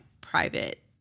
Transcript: private